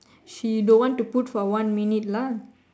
she don't want to put for one minute lah